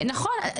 נכון,